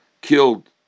killed